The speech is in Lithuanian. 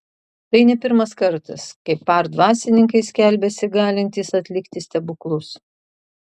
tai ne pirmas kartas kai par dvasininkai skelbiasi galintys atlikti stebuklus